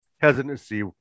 hesitancy